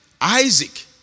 Isaac